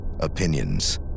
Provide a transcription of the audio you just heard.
opinions